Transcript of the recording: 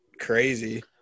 crazy